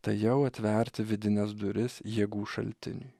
tai jau atverti vidines duris jėgų šaltiniui